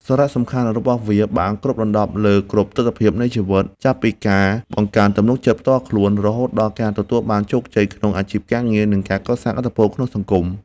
សារៈសំខាន់របស់វាបានគ្របដណ្ដប់លើគ្រប់ទិដ្ឋភាពនៃជីវិត ចាប់ពីការបង្កើនទំនុកចិត្តផ្ទាល់ខ្លួន រហូតដល់ការទទួលបានជោគជ័យក្នុងអាជីពការងារ និងការកសាងឥទ្ធិពលក្នុងសង្គម។